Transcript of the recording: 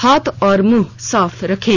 हाथ और मुंह साफ रखें